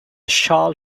shall